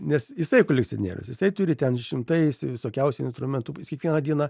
nes jisai kolekcionierius jisai turi ten šimtais visokiausių instrumentų jis kiekvieną dieną